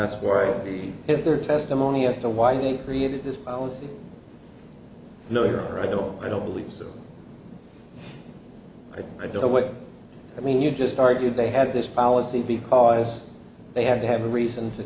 that's where he has their testimony as to why he created this policy no you're right no i don't believe so i don't know what i mean you just argued they had this policy because they have to have a reason to